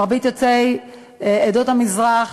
מרבית יוצאי עדות המזרח